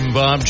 Bob